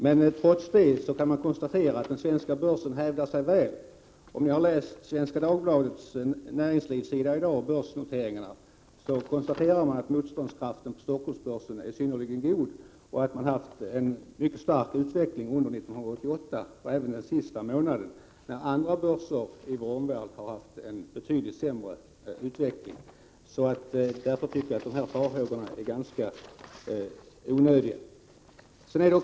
Men trots det kan man konstatera att den svenska börsen hävdar sig väl. Den som har läst börsnoteringarna på Svenska Dagbladets näringslivssida i dag finner att man konstaterar att motståndskraften på Stockholmsbörsen är synnerligen god och att man har haft en mycket stark utveckling under 1988, även under den senaste månaden, då börsen i andra länder i vår omvärld haft en betydligt sämre utveckling. Därför tycker jag att uttalade farhågor är ganska onödiga.